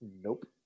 Nope